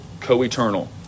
co-eternal